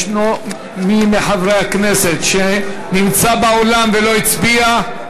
ישנו מי מחברי הכנסת שנמצא באולם ולא הצביע?